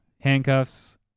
handcuffs